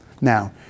Now